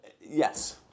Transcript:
yes